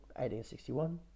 1861